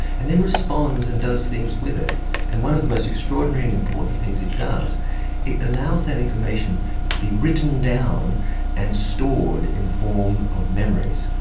and then responds and does things with it and one of the most extraordinary and important things it does it allows that information to be written down and stored in the form of memories.